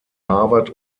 harvard